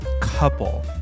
couple